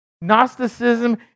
Gnosticism